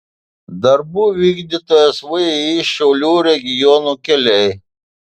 darbų vykdytojas vį šiaulių regiono keliai